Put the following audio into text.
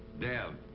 dev.